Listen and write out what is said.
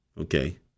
Okay